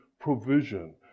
provision